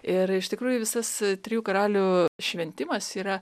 ir iš tikrųjų visas trijų karalių šventimas yra